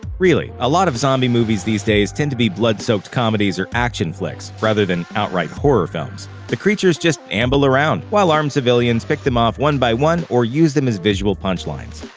really, a lot of zombie movies these days tend to be blood-soaked comedies or action flicks, rather than outright horror films. the creatures just amble around, while armed civilians pick them off one by one or use them as visual punch lines.